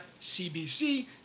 CBC